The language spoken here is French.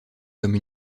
comme